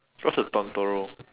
what's a